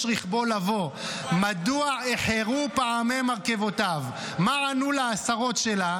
רכבו לבוא מדוע אחרו פעמי מרכבותיו." מה ענו לנו השרות שלה?